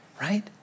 right